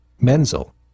Menzel